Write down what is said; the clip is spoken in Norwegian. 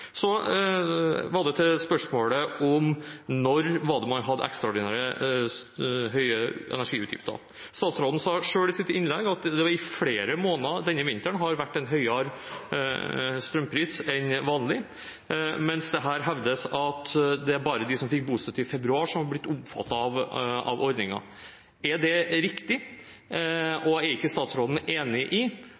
til spørsmålet om når man hadde ekstraordinært høye energiutgifter. Statsråden sa selv i sitt innlegg at det flere måneder denne vinteren har vært en høyere strømpris enn vanlig, mens det her hevdes at det bare er de som fikk bostøtte i februar, som er blitt omfattet av ordningen. Er det riktig? Og er ikke statsråden enig i